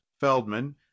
feldman